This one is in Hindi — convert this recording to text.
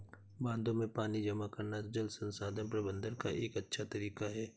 बांधों में पानी जमा करना जल संसाधन प्रबंधन का एक अच्छा तरीका है